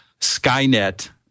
Skynet